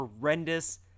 horrendous